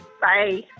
Bye